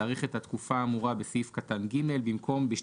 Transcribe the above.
להאריך את התקופה האמורה בסעיף קטן (ג) בתקופה